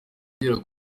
abagera